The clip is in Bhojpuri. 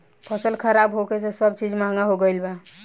फसल खराब होखे से सब चीज महंगा हो गईल बा